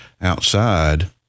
outside